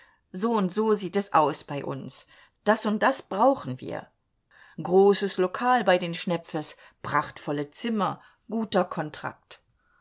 so und so sieht es aus bei uns das und das brauchen wir großes lokal bei den schnepfes prachtvolle zimmer guter kontrakt